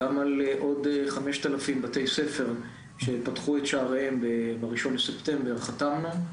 גם על עוד 5,000 בתי ספר שפתחו את שעריהם ב-1 לספטמבר חתמנו,